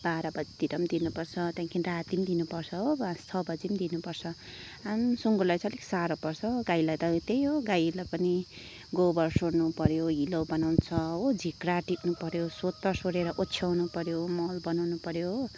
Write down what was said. बाह्र बजीतिर पनि दिनुपर्छ त्यहाँदेखि राती पनि दिनुपर्छ हो पाँच छ बजी पनि दिनुपर्छ आम्मम सुँगुरलाई चाहिँ अलिक साह्रो पर्छ हो गाईलाई त पनि त्यही हो गाईलाई पनि गोबर सोर्नुपऱ्यो हिलो बनाउँछ हो झिक्रा टिप्नु पऱ्यो सोत्तर सोरेर ओछ्याउनु पऱ्यो मल बनाउनु पऱ्यो हो